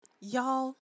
Y'all